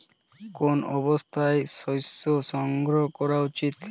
কোন অবস্থায় শস্য সংগ্রহ করা উচিৎ?